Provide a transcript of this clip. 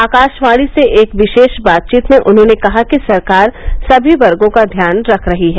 आकाशवाणी से एक विशेष बातचीत में उन्होंने कहा कि सरकार समी वर्गों का ध्यान रख रही है